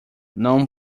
non